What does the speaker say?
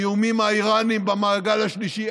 האיומים האיראניים במעגל השלישי,